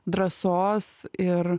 drąsos ir